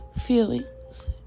feelings